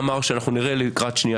שנראה לקראת שנייה ושלישית.